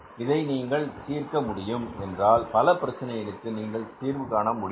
இதை நீங்கள் தீர்க்க முடியும் என்றால் பல பிரச்சனைகளுக்கு நீங்கள் தீர்வு காண முடியும்